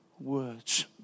words